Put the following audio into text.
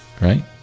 right